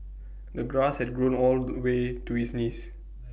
the grass had grown all the way to his knees